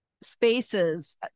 spaces